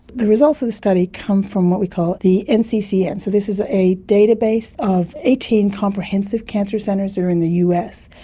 the results of the study come from what we call the nccn, so this is a database of eighteen comprehensive cancer centres here in the us.